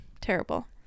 Terrible